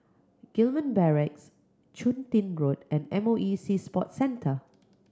Gillman Barracks Chun Tin Road and M O E Sea Sports Centre